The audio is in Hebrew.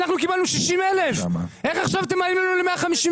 אנחנו קיבלנו 60,000. איך עכשיו אתם מגיעים ל-150,000?